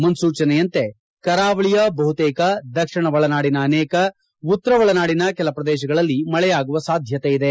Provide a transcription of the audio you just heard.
ಮುನ್ನೂಚನೆಯಂತೆ ಕರಾವಳಿಯ ಬಹುತೇಕ ದಕ್ಷಿಣ ಒಳನಾಡಿನ ಅನೇಕ ಉತ್ತರ ಒಳನಾಡಿನ ಕೆಲ ಪ್ರದೇಶಗಳಲ್ಲಿ ಮಳೆಯಾಗುವ ಸಾಧ್ಯತೆ ಇದೆ